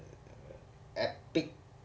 epic